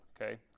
okay